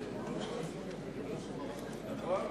אי-אמון